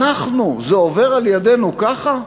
ואנחנו, זה עובר על ידנו ככה?